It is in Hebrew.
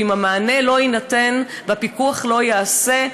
ואם המענה לא יינתן והפיקוח לא ייעשה,